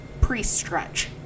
pre-stretch